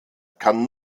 kann